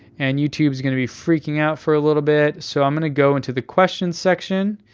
and youtube's gonna be freaking out for a little bit, so i'm gonna go into the questions section,